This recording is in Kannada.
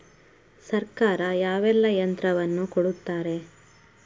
ಸರ್ಕಾರ ಯಾವೆಲ್ಲಾ ಯಂತ್ರವನ್ನು ಕೊಡುತ್ತಾರೆ?